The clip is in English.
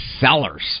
sellers